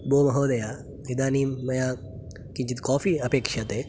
भोः महोदय इदानीं मया किञ्चित् काफ़ी अपेक्षते